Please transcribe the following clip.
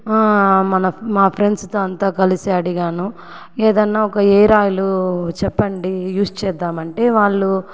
మన మా ఫ్రెండ్స్ దాంత కలిసి అడిగాను ఏదైనా ఒక హెయిర్ ఆయిలు చెప్పండి యూజ్ చేద్దాం అంటే వాళ్ళు